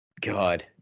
God